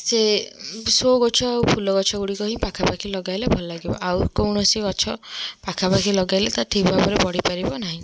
ସେ ଶୋ ଗଛ ଆଉ ଫୁଲ ଗଛଗୁଡ଼ିକ ହିଁ ପାଖପାଖି ଲଗାଇଲେ ଭଲ ଲାଗିବ ଆଉ କୌଣସି ଗଛ ପାଖପାଖି ଲଗାଇଲେ ତାହା ଠିକ୍ ଭାବରେ ବଢ଼ି ପାରିବ ନାହିଁ